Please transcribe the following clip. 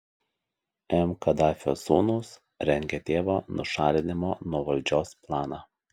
m kadafio sūnūs rengia tėvo nušalinimo nuo valdžios planą